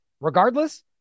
Regardless